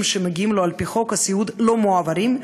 שמגיעים לו על-פי חוק הסיעוד לא מועברים,